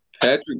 Patrick